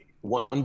one